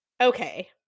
okay